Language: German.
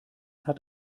hat